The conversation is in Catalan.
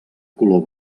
color